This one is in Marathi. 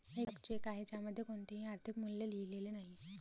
एक चेक आहे ज्यामध्ये कोणतेही आर्थिक मूल्य लिहिलेले नाही